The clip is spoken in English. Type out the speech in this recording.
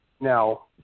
Now